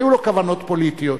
היו לו כוונות פוליטיות,